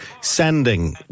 sending